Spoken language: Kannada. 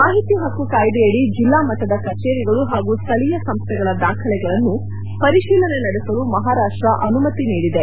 ಮಾಹಿತಿ ಪಕ್ಕು ಕಾಯಿದೆಯಡಿ ಜಿಲ್ಲಾ ಮಟ್ಟದ ಕಚೇರಿಗಳು ಹಾಗೂ ಸ್ಥಳೀಯ ಸಂಸ್ಥೆಗಳ ದಾಖಲೆಗಳನ್ನು ಪರಿಶೀಲನೆ ನಡೆಸಲು ಮಹಾರಾಷ್ಟ ಅನುಮತಿ ನೀಡಿದೆ